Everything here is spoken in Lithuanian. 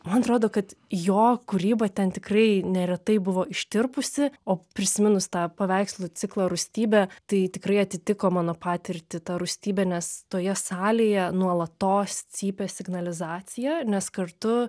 man atrodo kad jo kūryba ten tikrai neretai buvo ištirpusi o prisiminus tą paveikslų ciklą rūstybė tai tikrai atitiko mano patirtį ta rūstybė nes toje salėje nuolatos cypė signalizacija nes kartu